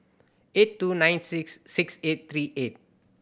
eight two nine six six eight three eight